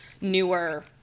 newer